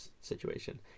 situation